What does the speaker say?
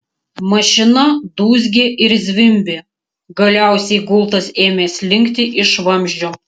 mašina dūzgė ir zvimbė galiausiai gultas ėmė slinkti iš vamzdžio